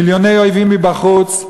מיליוני אויבים מבחוץ,